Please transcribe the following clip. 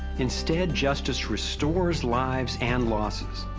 instead justice restores lives and losses.